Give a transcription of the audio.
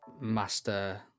master